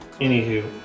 Anywho